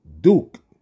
Duke